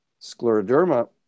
scleroderma